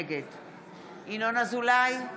נגד ינון אזולאי,